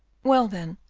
well, then,